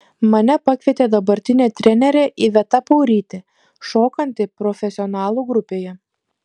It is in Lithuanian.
mane pakvietė dabartinė trenerė iveta paurytė šokanti profesionalų grupėje